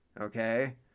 okay